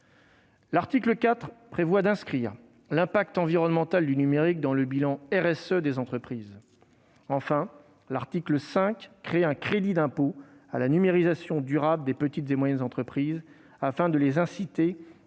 L'article 4 prévoit d'inscrire l'impact environnemental du numérique dans le bilan de responsabilité sociétale des entreprises (RSE). L'article 5 crée un crédit d'impôt à la numérisation durable des petites et moyennes entreprises afin de les inciter,